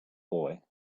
boy